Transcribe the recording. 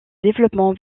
développement